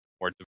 more